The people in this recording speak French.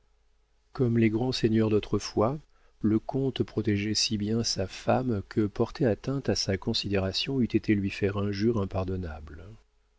comme les grands seigneurs d'autrefois le comte protégeait si bien sa femme que porter atteinte à sa considération eût été lui faire une injure impardonnable